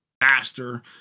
faster